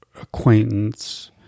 acquaintance